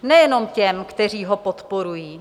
Nejenom těm, kteří ho podporují.